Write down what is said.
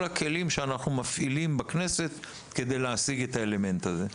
הכלים שאנחנו מפעילים בכנסת כדי להשיג את האלמנט הזה.